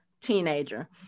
teenager